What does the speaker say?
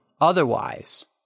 Otherwise